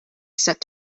set